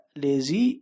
lazy